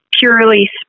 purely